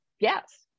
yes